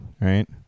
right